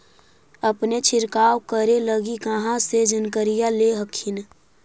अपने छीरकाऔ करे लगी कहा से जानकारीया ले हखिन?